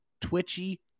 twitchy